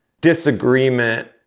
disagreement